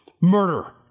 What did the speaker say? Murder